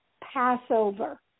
Passover